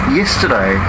yesterday